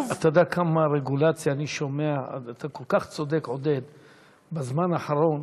אתה יודע כמה רגולציה אני שומע בזמן האחרון?